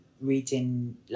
reading